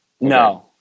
No